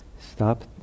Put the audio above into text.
Stop